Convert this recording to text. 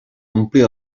omplir